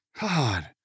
God